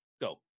Go